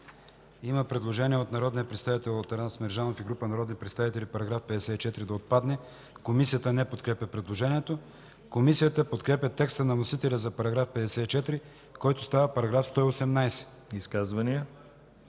Има предложение на народния представител Атанас Мерджанов и група народни представители –§ 54 да отпадне. Комисията не подкрепя предложението. Комисията подкрепя текста на вносителя за § 54, който става § 118. ПРЕДСЕДАТЕЛ